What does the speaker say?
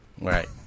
Right